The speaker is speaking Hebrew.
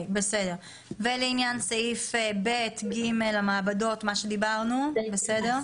לעניין סעיף (ב) ו-(ג), המעבדות, זה בסדר?